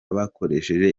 bakoresheje